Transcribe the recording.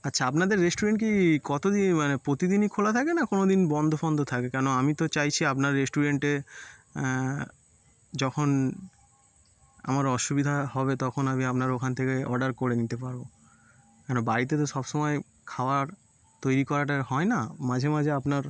আচ্ছা আপনাদের রেস্টুরেন্ট কি কতো দিন মানে প্রতিদিনই খোলা থাকে না কোনো দিন বন্ধ ফন্ধ থাকে কেন আমি তো চাইছি আপনার রেস্টুরেন্টে যখন আমার অসুবিধা হবে তখন আমি আপনার ওখান থেকে অর্ডার করে নিতে পারবো কেন বাড়িতে তো সব সমায় খাওয়ার তৈরি করাটা হয় না মাঝে মাঝে আপনার